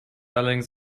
allerdings